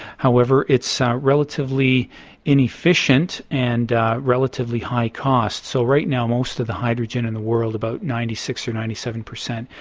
however it's relatively inefficient and relatively high-cost. so right now most of the hydrogen in the world, about ninety six percent or ninety seven percent,